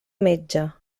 metge